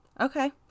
Okay